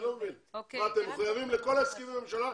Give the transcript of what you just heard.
אתם מחויבים לכל ההסכמים עם הממשלה,